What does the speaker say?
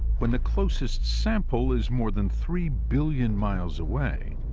when the closest sample is more than three billion miles away,